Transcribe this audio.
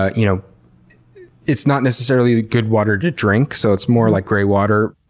ah you know it's not necessarily good water to drink, so it's more like greywater.